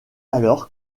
alors